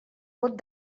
vot